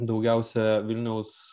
daugiausia vilniaus